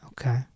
okay